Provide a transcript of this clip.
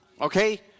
Okay